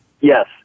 Yes